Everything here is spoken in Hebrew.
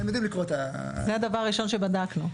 זה הדבר הראשון שבדקנו.